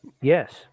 Yes